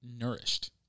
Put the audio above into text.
nourished